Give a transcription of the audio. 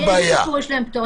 מאיזה סיפור יש להם פטור?